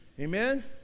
Amen